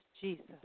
Jesus